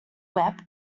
web